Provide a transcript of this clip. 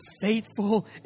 faithful